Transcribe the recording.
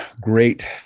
great